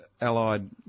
allied